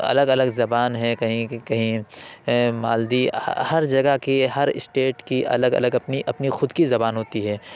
الگ الگ زبان ہے کہیں کی کہیں مالدی ہر جگہ کی ہر اسٹیٹ کی الگ الگ اپنی اپنی خود کی زبان ہوتی ہے